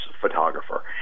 photographer